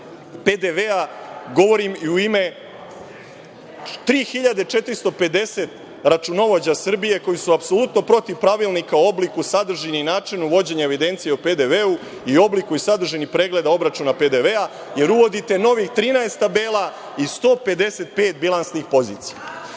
PDV-a, govorim i u ime 3450 računovođa Srbije koji su apsolutno protiv Pravilnika o obliku, sadržini i načinu vođenja evidencije o PDV-u i obliku i sadržini pregleda obračuna PDV-a, jer uvodite novih 13 tabela i 155 bilansnih pozicija. Na